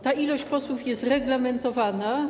Ta liczba posłów jest reglamentowana.